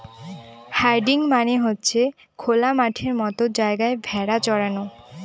herding মানে হচ্ছে খোলা মাঠের মতো জায়গায় ভেড়া চরানো